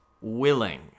willing